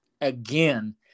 again